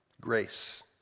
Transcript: grace